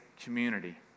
community